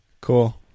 cool